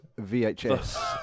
VHS